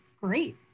great